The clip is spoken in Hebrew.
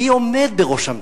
מי עומד בראש המדינה?